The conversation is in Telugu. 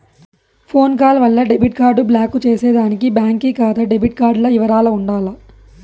ఫోన్ కాల్ వల్ల డెబిట్ కార్డు బ్లాకు చేసేదానికి బాంకీ కాతా డెబిట్ కార్డుల ఇవరాలు ఉండాల